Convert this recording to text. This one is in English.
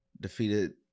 defeated